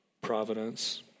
providence